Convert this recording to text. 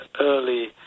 early